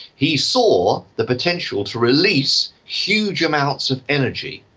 he saw the potential to release huge amounts of energy.